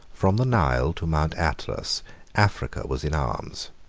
from the nile to mount atlas africa was in arms.